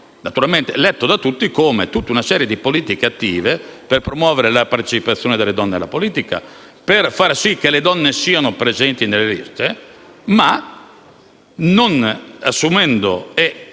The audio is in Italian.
da tutti nel senso dell'adozione di una serie di politiche attive per promuovere la partecipazione delle donne alla politica, per far sì che le donne siano presenti nelle liste, ma non assumendo e